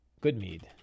goodmead